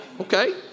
Okay